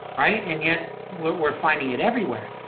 right, and yet we're finding it everywhere.